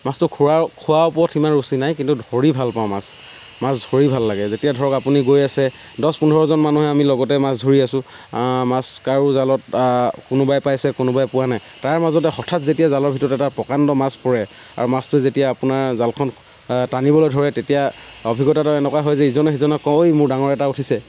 মাছটো খোৱাৰ খোৱা ওপৰত সিমান ৰুচি নাই কিন্তু ধৰি ভাল পাওঁ মাছ মাছ ধৰি ভাল লাগে যেতিয়া ধৰক আপুনি গৈ আছে দহ পোন্ধৰজন মানুহে আমি লগতে মাছ ধৰি আছো মাছ কাৰো জালত কোনোবাই পাইছে কোনোবাই পোৱা নাই তাৰ মাজতে হঠাৎ যেতিয়া জালৰ ভিতৰত এটা প্ৰকাণ্ড মাছ পৰে আৰু মাছটো তেতিয়া আপোনাৰ জালখন টানিবলৈ ধৰে তেতিয়া অভিজ্ঞতাটো এনেকুৱা হয় যে ইজনে সিজনক কওঁ এই মোৰ ডাঙৰ এটা উঠিছে